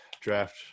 draft